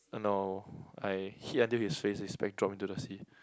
no I hit until his face his spec drop into the sea